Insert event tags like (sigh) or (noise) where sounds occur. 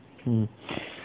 mm (breath)